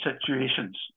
situations